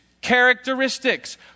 characteristics